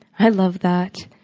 i love that.